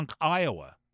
Iowa